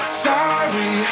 sorry